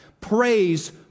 praise